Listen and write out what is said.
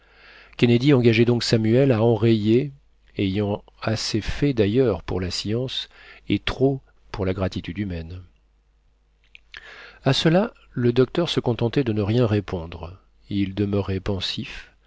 kennedy engageait donc samuel à enrayer ayant assez fait d'ailleurs pour la science et trop pour la gratitude humaine a cela le docteur se contentait de ne rien répondre il demeurait pensif